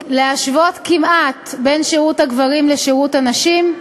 להשוות כמעט את שירות הגברים ושירות הנשים,